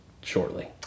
shortly